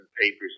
papers